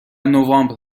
نوامبر